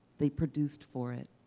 they produced for it,